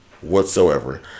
whatsoever